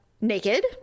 naked